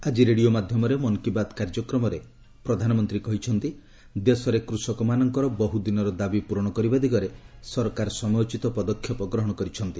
ଆଜି ରେଡ଼ିଓ ମାଧ୍ୟମରେ ମନ୍ କୀ ବାତ୍ କାର୍ଯ୍ୟକ୍ରମରେ ପ୍ରଧାନମନ୍ତ୍ରୀ କହିଛନ୍ତି ଦେଶରେ କୃଷକମାନଙ୍କର ବହୁଦିନର ଦାବି ପୂରଣ କରିବା ଦିଗରେ ସରକାର ସମୟୋଚିତ ପଦକ୍ଷେପ ଗ୍ରହଣ କରିଛନ୍ତି